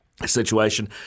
Situation